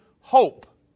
hope